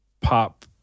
pop